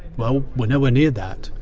well, we are nowhere near that.